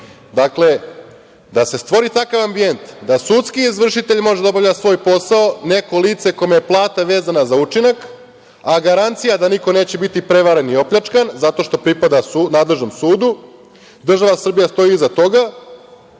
da se stvori takav ambijent da sudski izvršitelj može da obavlja svoj posao, neko lice kome je plata vezana za učinak, a garancija da niko neće biti prevaren i opljačkan zato što pripada nadležnom sudu, država Srbija stoji iza toga.